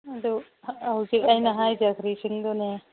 ꯑꯗꯨ ꯍꯧꯖꯤꯛ ꯑꯩꯅ ꯍꯥꯏꯖꯈ꯭ꯔꯤꯁꯤꯡꯗꯨꯅꯤ